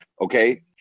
okay